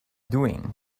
doing